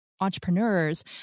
entrepreneurs